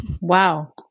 Wow